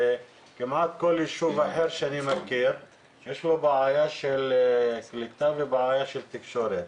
כמעט בכל יישוב שאני מכיר יש בעיה של קליטה ותקשורת.